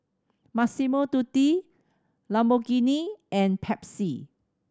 Massimo Dutti Lamborghini and Pepsi